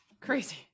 Crazy